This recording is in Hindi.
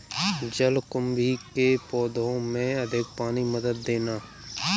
जलकुंभी के पौधों में अधिक पानी मत देना